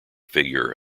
figure